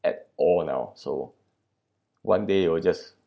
at all now so one day or just